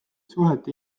suhete